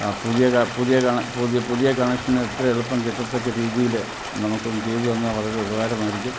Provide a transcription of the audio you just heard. ആ പുതിയ പുതിയ പുതിയ കണക്ഷൻ എത്ര എളുപ്പം കിട്ടത്തക്ക രീതിയിൽ നമുക്ക് ഒന്ന് ചെയ്തു തന്നാൽ വളരെ ഉപകാരമായിരിക്കും